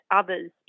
others